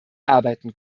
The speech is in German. arbeiten